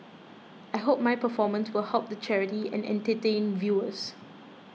I hope my performance will help the charity and entertain viewers